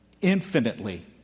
infinitely